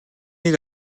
нэг